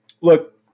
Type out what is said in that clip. look